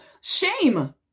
shame